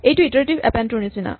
এইটো iterative append টোৰ নিচিনা